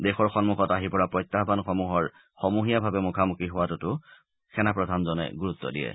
দেশৰ সন্মুখত আহি পৰা প্ৰত্যাহ্মনসমূহৰ সমূহীয়াভাৱে মুখামুখি হোৱাটোতো সেনাপ্ৰধানজনে গুৰুত্ব দিয়ে